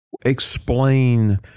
Explain